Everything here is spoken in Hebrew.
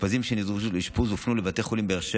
ייגמר, ואני אתעורר למציאות לגמרי אחרת.